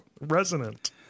resonant